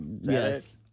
Yes